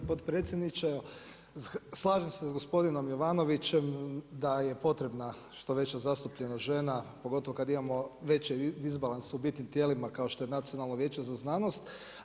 Gospodine potpredsjedniče, slažem se sa gospodinom Jovanovićem da je potrebna što veća zastupljenost žena, pogotovo kada imamo veći disbalans u bitnim tijelima kao što je Nacionalno vijeće za znanost.